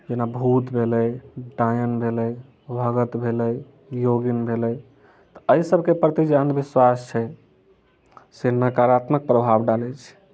जेना भूत भेलै डायन भेलै भगत भेलै योगिनी भेलै तऽ एहि सबके प्रति जे अन्धविश्वास छै से नकारात्मक प्रभाव डालै छै